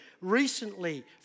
recently